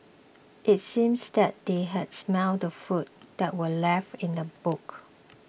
it seems that they had smelt the food that were left in the boot